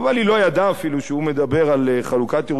ידעה אפילו שהוא מדבר על חלוקת ירושלים,